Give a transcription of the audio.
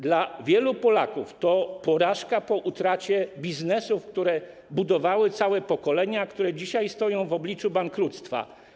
Dla wielu Polaków to porażka po utracie biznesów, które budowały całe pokolenia, które dzisiaj stoją w obliczu bankructwa.